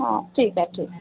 ठिक आहे ठिक आहे